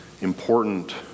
important